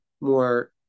more